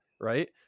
right